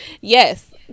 Yes